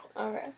Okay